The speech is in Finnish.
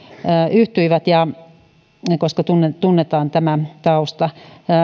yhtyivät koska tunnemme tämän taustan